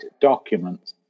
documents